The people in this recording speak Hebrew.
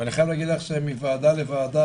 אני חייב להגיד לך שמוועדה לוועדה,